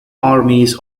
armies